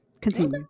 Continue